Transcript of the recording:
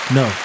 no